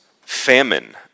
famine